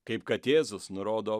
kaip kad jėzus nurodo